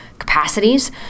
Capacities